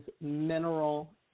mineral